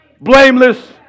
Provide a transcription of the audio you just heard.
blameless